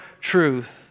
truth